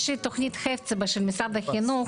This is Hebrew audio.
יש את תוכנית "חפציבה" של משרד החינוך